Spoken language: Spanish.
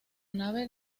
nave